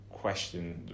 question